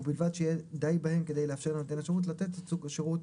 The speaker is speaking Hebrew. ובלבד שיהיה די בהם כדי לאפשר לנותן השירות לתת את סוג השירות